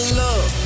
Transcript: love